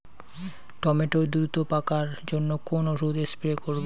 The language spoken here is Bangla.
টমেটো দ্রুত পাকার জন্য কোন ওষুধ স্প্রে করব?